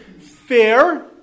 fair